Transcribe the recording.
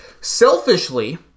Selfishly